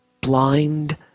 blind